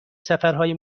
سفرهای